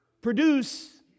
produce